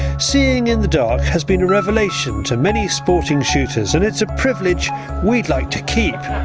seeing in the dark has been a revelation to many sporting shooters and it's a privilege we'd like to keep.